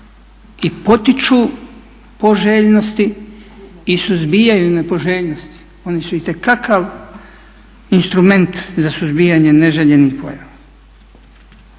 i potiču poželjnosti i suzbijaju nepoželjnosti. One su itekakav instrument za suzbijanje neželjenih pojava.